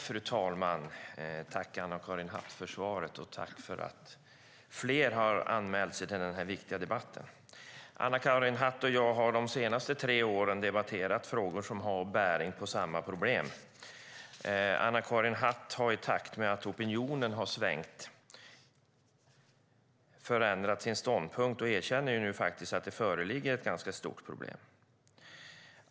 Fru talman! Tack, Anna-Karin Hatt, för svaret! Jag vill också tacka de andra som har anmält sig till den här viktiga debatten. Anna-Karin Hatt och jag har de senaste tre åren debatterat frågor som har bäring på detta problem. Anna-Karin Hatt har i takt med att opinionen har svängt förändrat sin ståndpunkt och erkänner nu faktiskt att det föreligger ett ganska stort problem.